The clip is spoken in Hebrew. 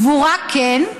קבורה, כן,